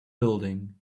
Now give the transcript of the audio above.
building